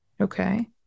Okay